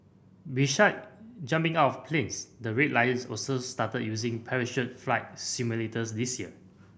besides jumping out of planes the Red Lions also started using parachute flight simulators this year